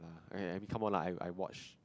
okay I mean come on lah I I watch